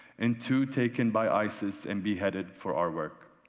and two taken by isis and beheaded for our work.